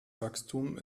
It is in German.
wachstum